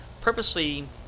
purposely